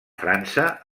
frança